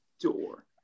door